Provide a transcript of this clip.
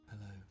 Hello